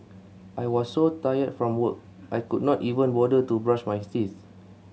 I was so tired from work I could not even bother to brush my teeth